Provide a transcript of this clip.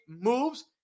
moves